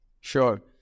Sure